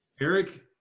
eric